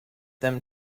them